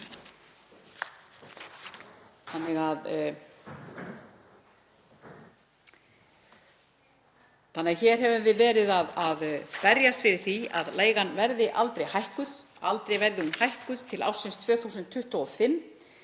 mánaða. Við höfum verið að berjast fyrir því að leigan verði aldrei hækkuð til ársins 2025